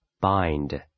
Bind